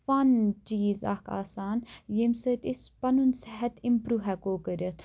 فَن چیٖز اکھ آسان ییٚمہِ سۭتۍ أسۍ پَنُن صحت اِمپروٗ ہیکو کٔرِتھ